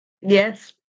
Yes